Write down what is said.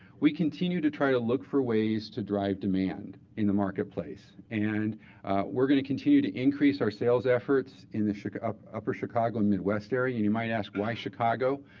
we continue to try to look for ways to drive demand in the market place. and we're going to continue to increase our sales efforts in the upper upper chicago and midwest area. and you might ask why chicago?